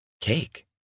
Cake